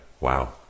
Wow